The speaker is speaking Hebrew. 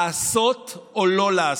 לעשות או לא לעשות,